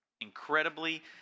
incredibly